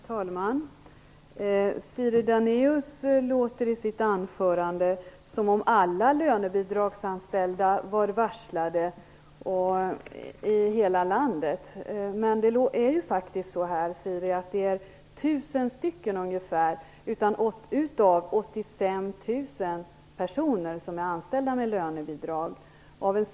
Herr talman! Siri Dannaeus låter i sitt anförande som att alla lönebidragsanställda i hela landet är varslade. Men det är ca 1 000 av 85 000 personer som är anställda med lönebidrag som har varslats.